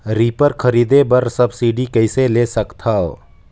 Reaper खरीदे बर subsidy कइसे ले सकथव?